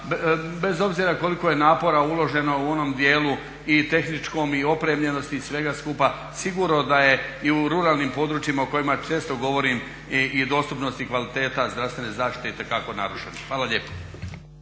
bez obzira koliko je napora uloženo u onom dijelu i tehničkom i opremljenosti svega skupa. Sigurno da je i u ruralnim područjima u kojima često govorim i dostupnost i kvaliteta zdravstvene zaštite itekako narušena. Hvala lijepo.